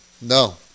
No